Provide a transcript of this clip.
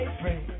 pray